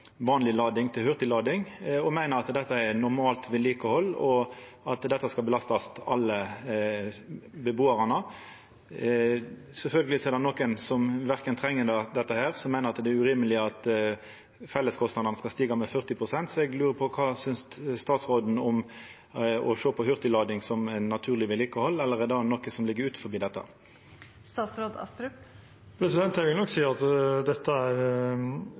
vanleg lading til hurtiglading, og som meiner at dette er normalt vedlikehald, og at dette skal belastast alle bebuarane. Det er sjølvsagt nokon som ikkje treng dette, og som meiner at det er urimeleg at felleskostnadane skal stiga med 40 pst. Eg lurer på om statsråden ser på hurtiglading som naturleg vedlikehald, eller om det er noko som ligg utanfor det. Hurtiglading har en kostnad som gjør at